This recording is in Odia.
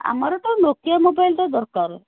ଆମର ତ ନୋକିଆ ମୋବାଇଲଟେ ଦରକାର